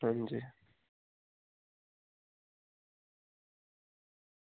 अंजी